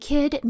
Kid